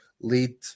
lead